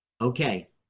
Okay